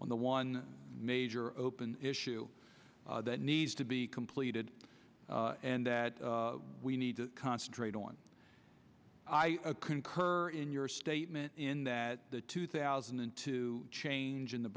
on the one major open issue that needs to be completed and that we need to concentrate on i concur in your statement in that the two thousand and two changing the